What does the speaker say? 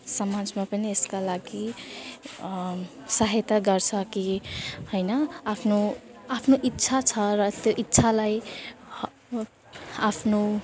समाजमा पनि यसका लागि सहायता गर्छ कि होइन आफ्नो आफ्नो इच्छा छ र त्यो इच्छालाई आफ्नो